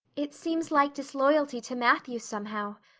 it seems like disloyalty to matthew, somehow,